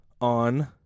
on